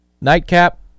Nightcap